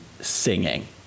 singing